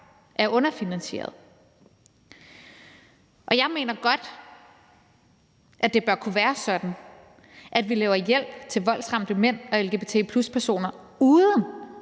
er underfinansierede. Og jeg mener godt, at det bør kunne være sådan, at vi yder hjælp til voldsramte mænd og lgbt+-personer uden